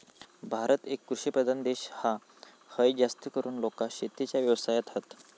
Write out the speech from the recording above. भारत एक कृषि प्रधान देश हा, हय जास्तीकरून लोका शेतीच्या व्यवसायात हत